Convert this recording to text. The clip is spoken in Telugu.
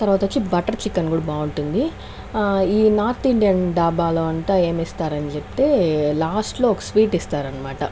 తర్వాత వచ్చి బట్టర్ చికెన్ కూడా బావుంటుంది ఈ నార్త్ ఇండియన్ ధాబాలో అంత ఏమిస్తారని చెప్తే లాస్ట్లో ఒక స్వీట్ ఇస్తారనమాట